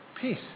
Peace